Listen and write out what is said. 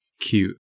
Cute